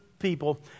people